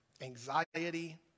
anxiety